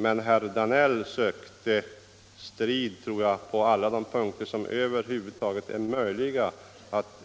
Men herr Danell sökte strid på såvitt jag förstår alla de punkter där det över huvud taget var möjligt att